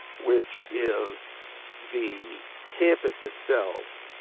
which is the campus itself.